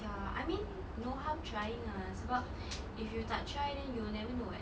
ya I mean no harm trying ah sebab if you tak try then you'll never know what